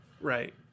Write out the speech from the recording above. Right